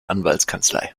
anwaltskanzlei